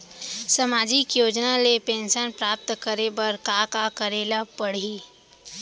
सामाजिक योजना ले पेंशन प्राप्त करे बर का का करे ल पड़ही?